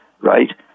right